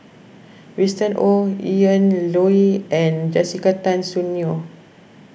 Winston Oh Ian Loy and Jessica Tan Soon Neo